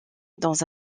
dans